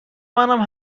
منم